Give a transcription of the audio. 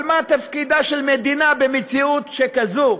מה תפקידה של מדינה במציאות שכזאת,